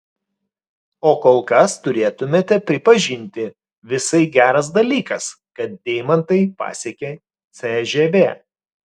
o kol kas turėtumėte pripažinti visai geras dalykas kad deimantai pasiekė cžv